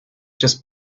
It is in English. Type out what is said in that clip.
just